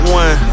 one